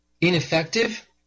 ineffective